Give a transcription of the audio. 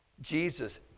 Jesus